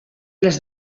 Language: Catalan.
les